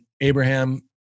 Abraham